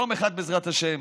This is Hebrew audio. יום אחד, בעזרת השם,